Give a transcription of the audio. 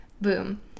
boom